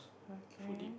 okay